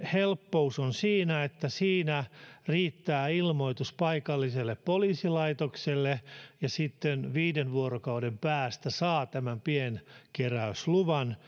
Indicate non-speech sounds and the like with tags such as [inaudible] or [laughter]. helppous on siinä että siinä riittää ilmoitus paikalliselle poliisilaitokselle ja sitten viiden vuorokauden päästä saa tämän pienkeräysluvan [unintelligible]